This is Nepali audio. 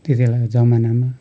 त्यति बेलाको जमानामा